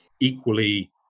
Equally